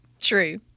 True